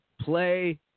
play